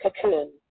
cocoon